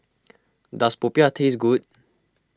does Popiah taste good